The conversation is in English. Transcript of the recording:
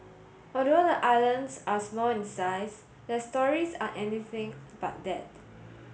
although the islands are small in size their stories are anything but that